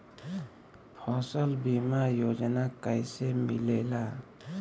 फसल बीमा योजना कैसे मिलेला?